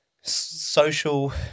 social